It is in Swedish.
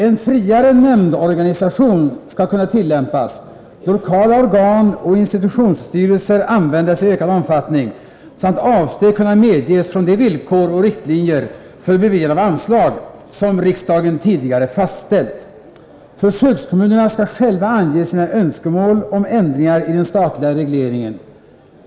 En friare nämndorganisation skall kunna tillämpas, lokala organ och institutionsstyrelser användas i ökad omfattning samt avsteg kunna medges från de villkor och riktlinjer för beviljande av anslag, som riksdagen tidigare fastställt. Försökskommunerna skall själva ange sina önskemål om förändringar i den statliga regleringen.